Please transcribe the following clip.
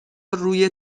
روی